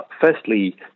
Firstly